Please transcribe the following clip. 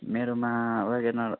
मेरोमा वेगेनर